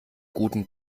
guten